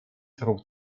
trug